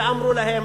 ואמרו להם,